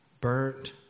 burnt